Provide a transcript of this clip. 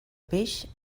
peix